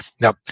Now